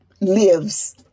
lives